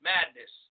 Madness